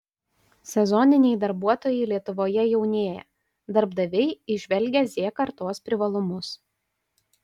sezoniniai darbuotojai lietuvoje jaunėja darbdaviai įžvelgia z kartos privalumus